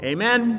Amen